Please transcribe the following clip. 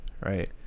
right